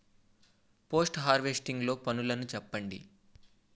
Post harvesting లో పనులను చెప్పండి?